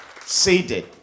seated